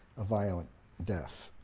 a violent death.